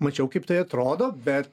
mačiau kaip tai atrodo bet